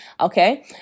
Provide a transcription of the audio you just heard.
Okay